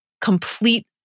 complete